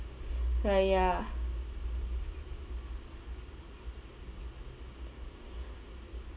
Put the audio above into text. ah ya